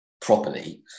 properly